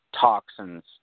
toxins